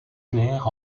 claires